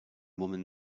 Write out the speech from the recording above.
woman